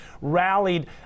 rallied